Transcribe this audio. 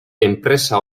enpresa